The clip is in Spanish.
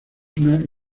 una